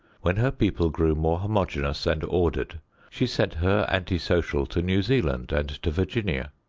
when her people grew more homogeneous and orderly she sent her anti-social to new zealand and to virginia.